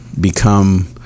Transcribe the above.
become